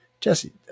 Jesse